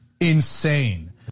Insane